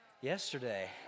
yesterday